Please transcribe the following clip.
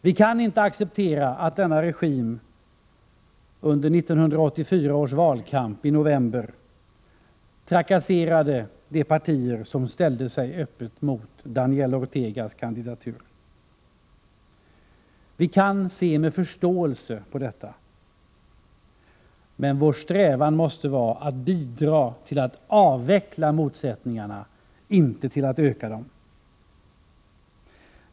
Vi kan inte acceptera att denna regim under 1984 års valkamp i november trakasserade de partier som ställde sig öppet mot Daniel Ortegas kandidatur. Vi kan se med förståelse på detta, men vår strävan måste vara att bidra till att avveckla motsättningarna — inte till att öka dem.